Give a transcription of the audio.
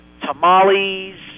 tamales